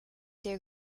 dir